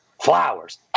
Flowers